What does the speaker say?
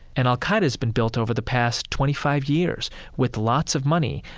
and al-qaeda's been built over the past twenty five years with lots of money,